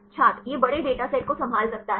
छात्र यह बड़े डेटासेट को संभाल सकता है